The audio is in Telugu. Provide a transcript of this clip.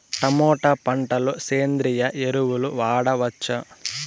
టమోటా పంట లో సేంద్రియ ఎరువులు వాడవచ్చా?